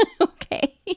okay